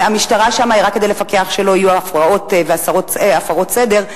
המשטרה שם היא רק כדי לפקח שלא יהיו הפרעות והפרות סדר.